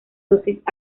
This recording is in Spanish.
dosis